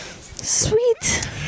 sweet